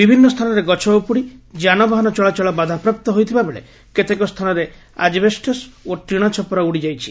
ବିଭିନୁ ସ୍ଥାନରେ ଗଛ ଉପୁଡ଼ି ଯାନବାହାନ ଚଳାଚଳ ବାଧାପ୍ରାପ୍ତ ହୋଇଥିବା ବେଳେ କେତେକ ସ୍ସାନରେ ଆଜବେଷ୍ଟସ୍ ଓ ଟିଣ ଛପର ଉଡ଼ିଯାଇଛି